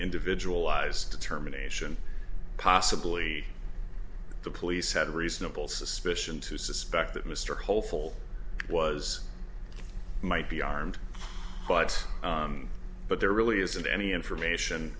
individual eyes determination possibly the police had reasonable suspicion to suspect that mr hopeful was might be armed but but there really isn't any information